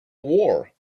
war